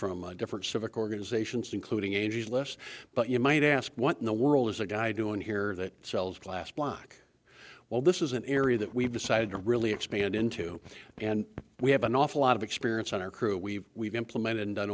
from a different civic organizations including angeles but you might ask what in the world is a guy doing here that sells glass block well this is an area that we've decided to really expand into and we have an awful lot of experience on our crew we've we've implemented and done